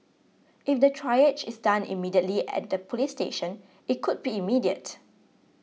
if the triage is done immediately at the police station it could be immediate